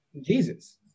Jesus